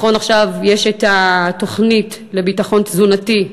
נכון, עכשיו יש התוכנית לביטחון תזונתי,